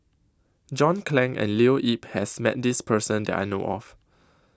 John Clang and Leo Yip has Met This Person that I know of